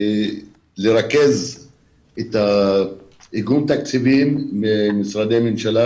לרכז איגום תקציבים ממשרדי הממשלה,